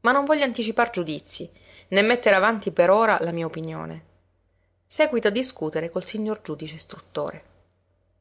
ma non voglio anticipar giudizii né mettere avanti per ora la mia opinione séguito a discutere col signor giudice istruttore